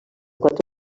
quatre